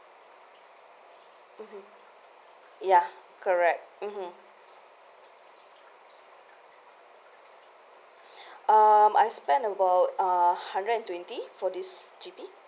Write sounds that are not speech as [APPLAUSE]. mmhmm ya correct mmhmm [BREATH] um I spent about a hundred and twenty for this G_P